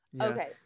Okay